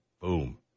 boom